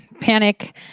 Panic